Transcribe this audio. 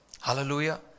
Hallelujah